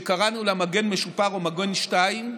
שקראנו לה "מגן משופר" או "מגן 2",